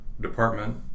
department